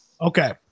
Okay